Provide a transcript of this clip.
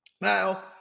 Now